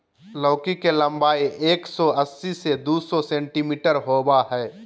लौकी के लम्बाई एक सो अस्सी से दू सो सेंटीमिटर होबा हइ